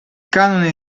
canone